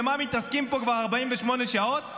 במה מתעסקים פה כבר 48 שעות?